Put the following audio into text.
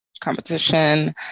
competition